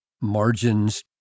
margins